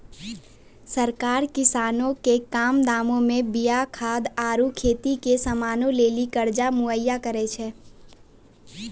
सरकार किसानो के कम दामो मे बीया खाद आरु खेती के समानो लेली कर्जा मुहैय्या करै छै